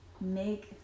make